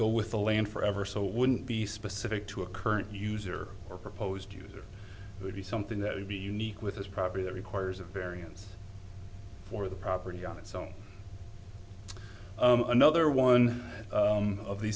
go with the land forever so it wouldn't be specific to a current user or proposed use would be something that would be unique with his property that requires a variance for the property on its own another one of the